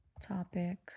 topic